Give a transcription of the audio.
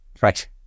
Right